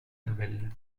nouvelle